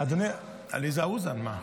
עליזה אוזן, ש"ס.